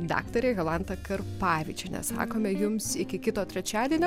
daktarė jolanta karpavičienė sakome jums iki kito trečiadienio